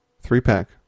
Three-pack